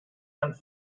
and